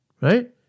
Right